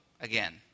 again